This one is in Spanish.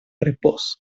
reposo